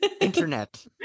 internet